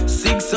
six